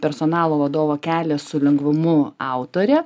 personalo vadovo kelias su lengvumu autorė